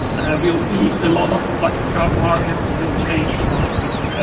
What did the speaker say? we'll see a lot of like job market will change a lot with.